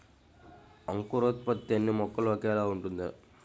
అంకురోత్పత్తి అన్నీ మొక్కలో ఒకేలా ఉంటుందా?